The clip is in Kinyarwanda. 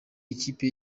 ikipe